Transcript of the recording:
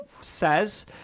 says